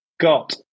got